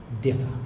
differ